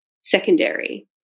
secondary